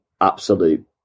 absolute